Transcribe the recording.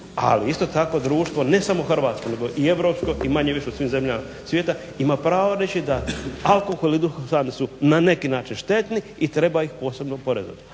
ali isto tako društvo, ne samo hrvatsko i europsko i manje-više u svim zemljama svijeta ima pravo reći da alkohol i duhan su na neki način štetni i treba ih posebno oporezivati.